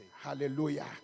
Hallelujah